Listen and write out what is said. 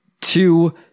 two